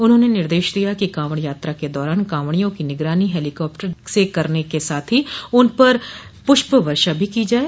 उन्होंने निर्देश दिया कि कांवड़ यात्रा के दौरान कांवड़िया की निगरानी हेलीकाप्टर द्वारा करने के साथ ही उन पर पूष्प वर्षा भी की जाये